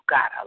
God